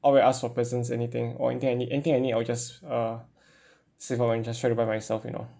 I won't ask for presents anything or anything I need anything I need I will just uh save off and just try to buy myself you know